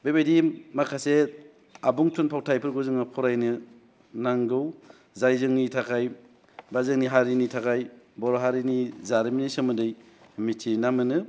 बेबायदि माखासे आबुं थुनफावथायफोरखौ जोङो फरायनो नांगौ जाय जोंनि थाखाय बा जोंनि हारिनि थाखाय बर' हारिनि जारिमिननि सोमोन्दोयै मिथिना मोनो